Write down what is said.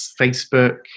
Facebook